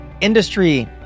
industry